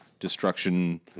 destruction